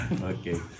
Okay